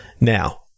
Now